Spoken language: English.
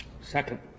Second